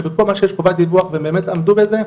שבכל מה שיש חובת דיווח והם באמת עמדו בזה,